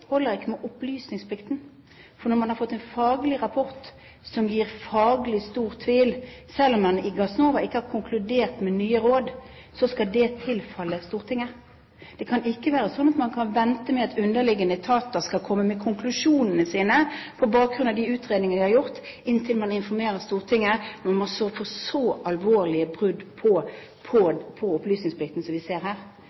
holder ikke med hensyn til opplysningsplikten. For når man har fått en faglig rapport som gir faglig stor tvil – selv om man i Gassnova ikke har konkludert med nye råd – så skal dét tilfalle Stortinget. Det kan ikke være slik at man kan vente til underliggende etater skal komme med konklusjonene sine, på bakgrunn av de utredninger de har gjort, før man informerer Stortinget – når man får så alvorlige brudd på